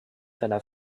seiner